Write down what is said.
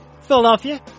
Philadelphia